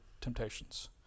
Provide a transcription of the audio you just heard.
temptations